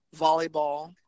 volleyball